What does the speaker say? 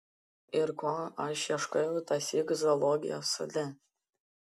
ir ko aš ieškojau tąsyk zoologijos sode